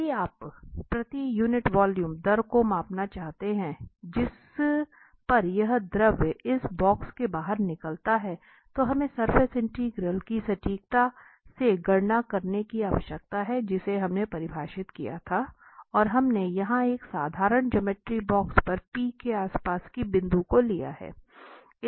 यदि आप प्रति यूनिट वॉल्यूम दर को मापना चाहते हैं जिस पर यह द्रव इस बॉक्स से बाहर निकलता है तो हमें सरफेस इंटीग्रल की सटीकता से गणना करने की आवश्यकता है जिसे हमने परिभाषित किया था और हमने यहां एक साधारण ज्यामिति बॉक्स पर P के आसपास की बिंदु को लिया है